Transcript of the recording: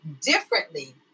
differently